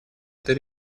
этой